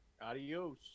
Adios